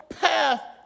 path